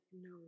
no